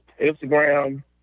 Instagram